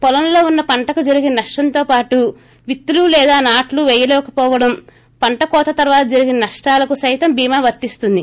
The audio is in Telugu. పొలంలో ఉన్న పంటకు జరిగిన నష్టంతో పాటు విత్తులు లేదా నాట్లు పేయలేకపోవడం పంట కోత తరువాత జరిగిన నష్షాలకు సైతం బీమా వర్తిస్తుంది